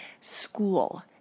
school